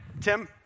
Tim